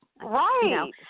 Right